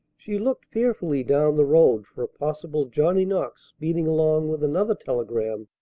she looked fearfully down the road for a possible johnny knox speeding along with another telegram,